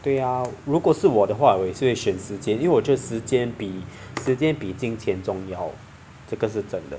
对呀如果是我的话我也是会选时间因为我觉得时间比时间比金钱重要这个是真的